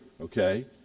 okay